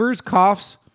coughs